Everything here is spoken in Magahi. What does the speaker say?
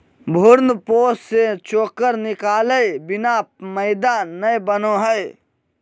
भ्रूणपोष से चोकर निकालय बिना मैदा नय बनो हइ